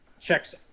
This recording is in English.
checks